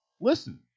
listen